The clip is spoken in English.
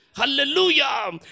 Hallelujah